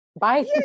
bye